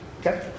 Okay